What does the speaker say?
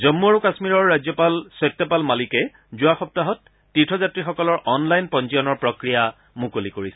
জম্মূ আৰু কাশ্মীৰৰ ৰাজ্যপাল সত্যপাল মালিকে যোৱা সপ্তাহত তীৰ্থযাত্ৰীসকলৰ অনলাইন পঞ্জীয়নৰ প্ৰক্ৰিয়া মুকলি কৰিছিল